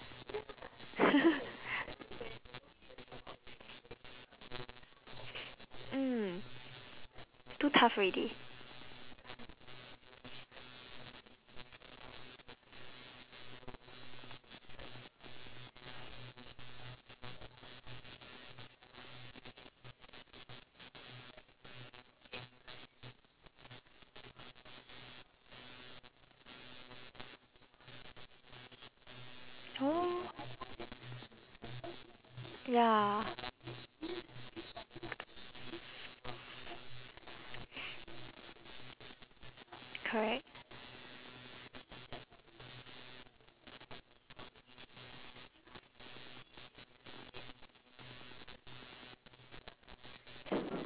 mm too tough already oh ya correct